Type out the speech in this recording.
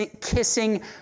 kissing